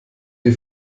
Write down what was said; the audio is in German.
wie